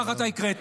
כך אתה קראת,